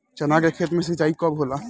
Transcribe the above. चना के खेत मे सिंचाई कब होला?